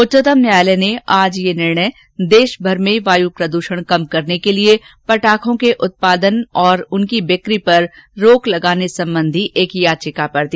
उच्चतम न्यायालय ने आज यह निर्णय देशभर में वायु प्रदूषण कम करने के लिए पटाखों के उत्पादन और उनकी बिक्री पर रोक लगाने संबंधी एक याचिका पर दिया